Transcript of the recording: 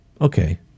okay